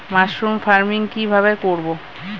Mushroom farming কি ভাবে করব?